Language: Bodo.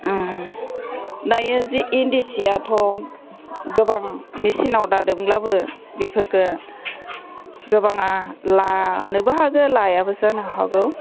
दायो जि इन्दि जियाथ' गोबां मिचिनाव दादोंब्लाबो बेफोरखौ गोबाङा लानोबो हागौ लायाबो जानो हागौ